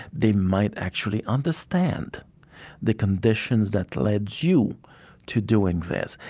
they might actually understand the conditions that led you to doing this.